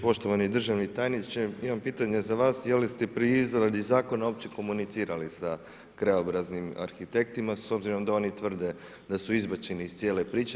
Poštovani državni tajniče, imam pitanje za vas je li ste pri izradi Zakona uopće komunicirali sa krajobraznim arhitektima s obzirom da oni tvrde da su izbačeni iz cijele priče.